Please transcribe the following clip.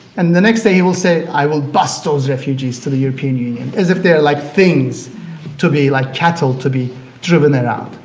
and the next day he will say i will bus those refugees to the european union, as if they are like things to be, like cattle, to be driven around.